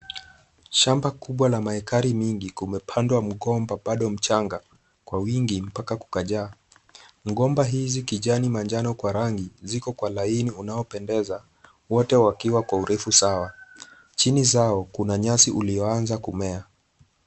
Shamba kubwa la maekari mingi, kumepandwa mgomba bado mchanga, kwa wingi mpaka kukajaa, mgomba hizi kijani manjano kwa rangi, zikonkwa laini unao pendeza, wote wakiwa kwa urefu sawa, chini zao, kuna nyasi ulioanza kumea.